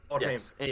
Yes